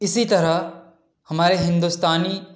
اسی طرح ہمارے ہندوستانی